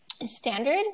standard